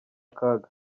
akaga